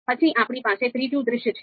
પછી આપણી પાસે ત્રીજું દૃશ્ય છે